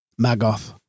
Magoth